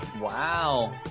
Wow